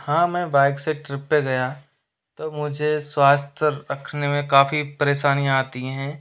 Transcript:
हाँ मैं बाइक से ट्रिप पे गया तो मुझे स्वास्थ्य रखने में काफ़ी परेशानी आती हैं